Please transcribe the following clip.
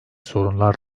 sorunlar